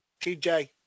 TJ